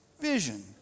vision